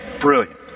Brilliant